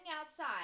outside